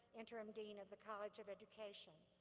interim dean of the college of education.